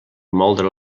moldre